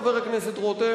חבר הכנסת רותם,